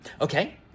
okay